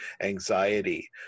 anxiety